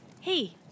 Hey